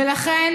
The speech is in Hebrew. ולכן